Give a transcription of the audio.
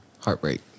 Heartbreak